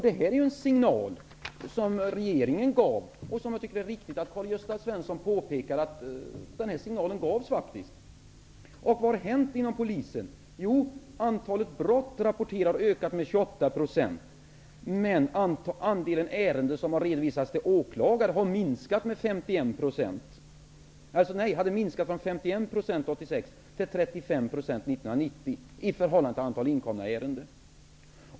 Detta är ju en signal från regeringen. Det är riktigt av Karl-Gösta Svenson att påpeka detta. Vad har hänt inom polisen? Jo, antalet brott rapporteras ha ökat med 28 %, medan antalet ärenden som har överlämnats till åklagare har minskat från 51 % 1986 till 35 % 1990 i förhållande till antalet inkomna ärenden.